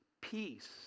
peace